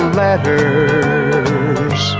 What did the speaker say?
letters